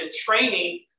training